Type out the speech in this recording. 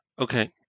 Okay